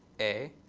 a,